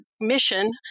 mission